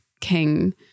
king